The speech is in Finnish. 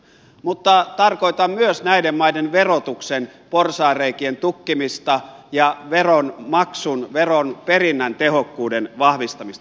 mutta tarkoitan myös näiden maiden verotuksen porsaanreikien tukkimista ja veronmaksun veronperinnän tehokkuuden vahvistamista